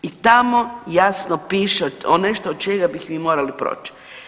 I tamo jasno piše onaj što od čega bi mi morali poći.